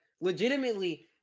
legitimately